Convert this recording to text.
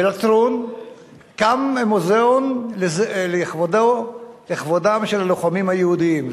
בלטרון קם מוזיאון לכבודם של הלוחמים היהודים.